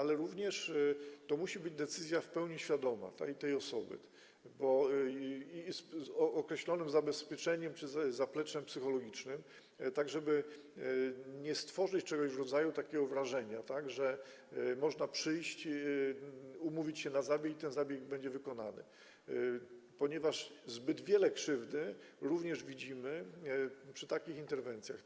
Jednak również to musi być decyzja w pełni świadoma danej osoby, z określonym zabezpieczeniem czy zapleczem psychologicznym, tak żeby nie stworzyć czegoś w rodzaju takiego wrażenia, że można przyjść, umówić się na zabieg i ten zabieg będzie wykonany, ponieważ zbyt wiele krzywdy widzimy też przy takich interwencjach.